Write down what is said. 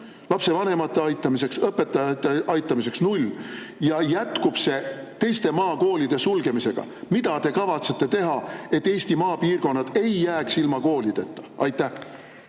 lapsevanemate aitamiseks, õpetajate aitamiseks – on null. See jätkub teiste maakoolide sulgemisega. Mida te kavatsete teha, et Eesti maapiirkonnad ei jääks ilma koolideta? Aitäh!